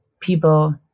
people